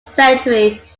century